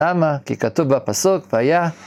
למה? כי כתוב בפסוק היה